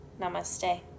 namaste